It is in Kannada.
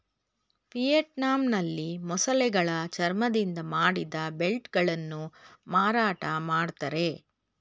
ವಿಯೆಟ್ನಾಂನಲ್ಲಿ ಮೊಸಳೆಗಳ ಚರ್ಮದಿಂದ ಮಾಡಿದ ಬೆಲ್ಟ್ ಗಳನ್ನು ಮಾರಾಟ ಮಾಡ್ತರೆ